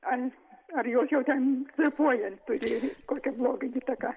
ant ar jos jau ten kvėpuojant turi kokią blogą įtaką